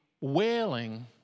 wailing